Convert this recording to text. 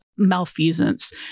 malfeasance